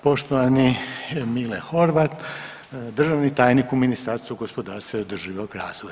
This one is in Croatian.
Poštovani Mile Horvat, državni tajnik u Ministarstvu gospodarstva i održivog razvoja.